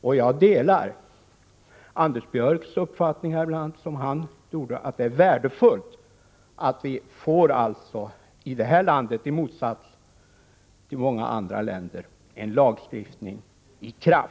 Jag delar bl.a. Anders Björcks uppfattning att det är värdefullt att vi i det här landet, i motsats till vad som är fallet i många andra länder, får en lagstiftning till stånd,